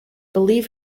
believe